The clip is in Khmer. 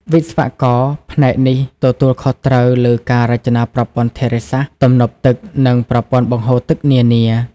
វិស្វករផ្នែកនេះទទួលខុសត្រូវលើការ រចនាប្រព័ន្ធធារាសាស្ត្រ ទំនប់ទឹក និងប្រព័ន្ធបង្ហូរទឹក នានា។